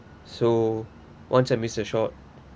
so once I missed a shot